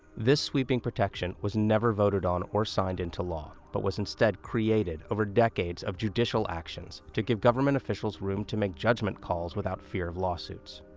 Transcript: this sweeping protection was never voted on or signed into law but was instead created over decades of judicial actions to give government officials room to make judgment calls without fear of lawsuits.